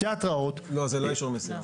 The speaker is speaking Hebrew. לא, זה לא אישור מסירה.